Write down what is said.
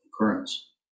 occurrence